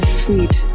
sweet